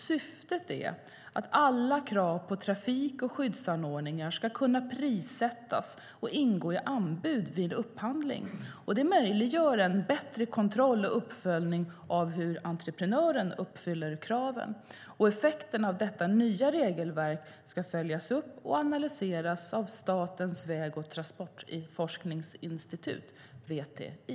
Syftet är att alla krav på trafik och skyddsanordningar ska kunna prissättas och ingå i anbud vid en upphandling. Det möjliggör en bättre kontroll och uppföljning av hur entreprenören uppfyller kraven. Effekterna av detta nya regelverk ska följas upp och analyseras av Statens väg och transportforskningsinstitut, VTI.